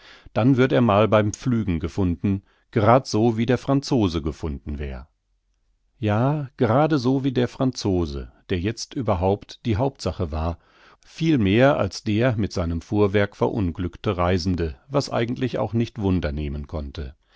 dann würd er mal beim pflügen gefunden werden gerad so wie der franzose gefunden wär ja gerade so wie der franzose der jetzt überhaupt die hauptsache war viel mehr als der mit seinem fuhrwerk verunglückte reisende was eigentlich auch nicht wunder nehmen konnte